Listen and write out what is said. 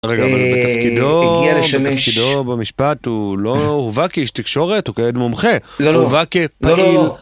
רגע, אבל בתפקידו, בתפקידו במשפט הוא לא הובא כאיש תקשורת, הוא כעת מומחה. הוא הובא כפיים.